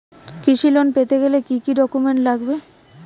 কৃষি লোন পেতে গেলে কি কি ডকুমেন্ট লাগবে?